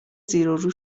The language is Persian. زیرورو